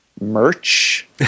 merch